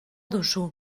duzu